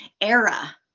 era